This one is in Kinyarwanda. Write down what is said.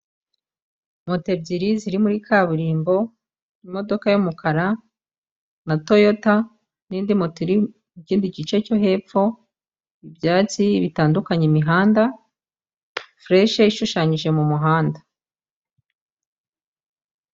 Moto ebyiri ziri muri kaburimbo, imodoka y'umukara na toyota n'indi moto iri mu kindi gice cyo hepfo, ibyatsi bitandukanya imihanda, fureshi ishushanyije mu muhanda.